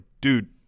dude